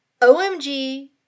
OMG